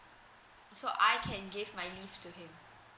so I can give my leave to him